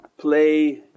play